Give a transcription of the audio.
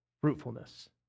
fruitfulness